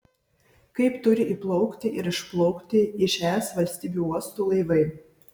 kaip turi įplaukti ir išplaukti iš es valstybių uostų laivai